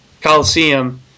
Coliseum